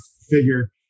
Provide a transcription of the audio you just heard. figure